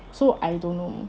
so I don't know